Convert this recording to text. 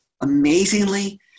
Amazingly